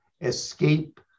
escape